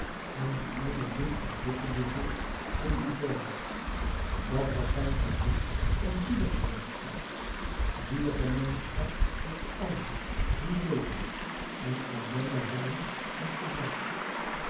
en die eene bloem ontwikkelde zich tot een zomer dat was zijn gevoel van zielegemeenschap zielegemeenschap met allen die leden en ellende hadden en gebrek